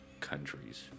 countries